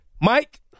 Mike